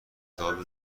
کتاب